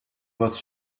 was